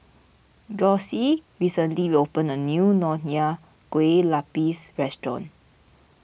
Gussie recently opened a new Nonya Kueh Lapis Restaurant